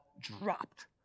dropped